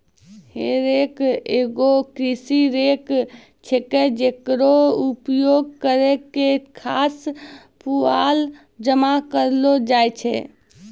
हे रेक एगो कृषि रेक छिकै, जेकरो उपयोग करि क घास, पुआल जमा करलो जाय छै